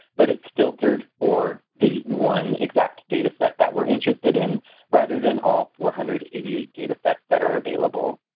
but it's filtered for the one exact data set that we're interested in rather than all four hundred and eighty eight data sets that are available.